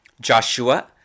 Joshua